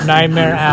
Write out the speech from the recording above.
Nightmare